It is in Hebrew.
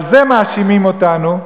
על זה מאשימים אותנו,